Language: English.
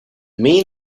main